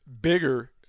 bigger